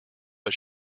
but